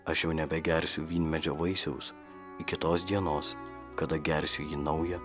aš jau nebegersiu vynmedžio vaisiaus iki tos dienos kada gersiu jį naują